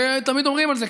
תמיד אומרים את זה.